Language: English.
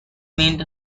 meant